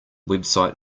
website